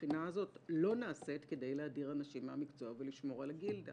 שהבחינה הזאת לא נעשית כדי להדיר אנשים מהמקצוע ולשמור על הגילדה?